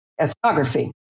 ethnography